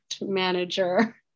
manager